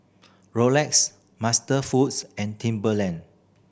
Rolex MasterFoods and Timberland